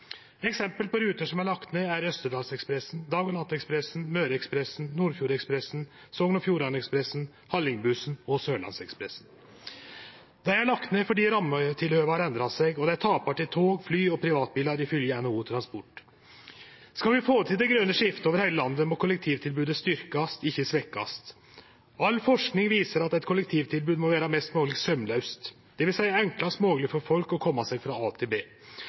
Eksempel på ruter som er lagde ned, er Østerdalekspressen, Dag- og Nattekspressen, Møreekspressen, Nordfjordekspressen, Sogn og Fjordane Ekspressen, Hallingbussen og Sørlandsekspressen. Dei er lagde ned fordi rammetilhøva har endra seg, og dei tapar til tog, fly og privatbilar, ifølgje NHO Transport. Skal vi få til det grøne skiftet over heile landet, må kollektivtilbodet styrkjast, ikkje svekkjast. All forsking viser at eit kollektivtilbod må vere mest mogleg saumlaust, dvs. at det er enklast mogleg for folk å kome seg frå a til b,